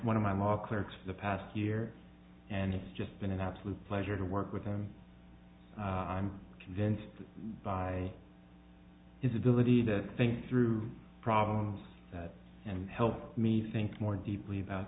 one of my ma clerks the past year and it's just been an absolute pleasure to work with them i'm convinced by his ability to think through problems and help me think more deeply about